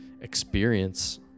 experience